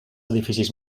edificis